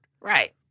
Right